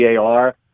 VAR